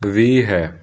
ਵੀ ਹੈ